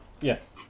Yes